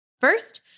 First